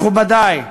מכובדי,